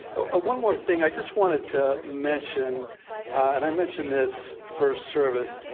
ah one more thing. i just wanted to mention and i mentioned this first service,